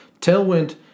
Tailwind